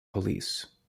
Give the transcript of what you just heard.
police